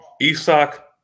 Isak